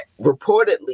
reportedly